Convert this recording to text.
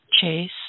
Chase